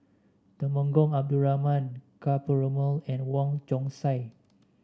Temenggong Abdul Rahman Ka Perumal and Wong Chong Sai